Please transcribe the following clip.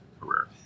career